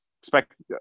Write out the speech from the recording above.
expect